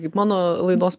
kaip mano laidos